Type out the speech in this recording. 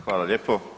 Hvala lijepo.